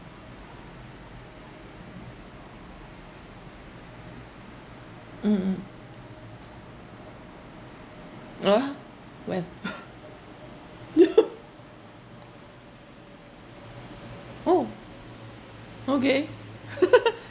mm mm !huh! when oh okay